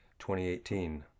2018